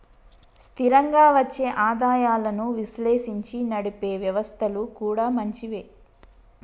స్థిరంగా వచ్చే ఆదాయాలను విశ్లేషించి నడిపే వ్యవస్థలు కూడా మంచివే